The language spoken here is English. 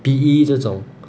P_E 这种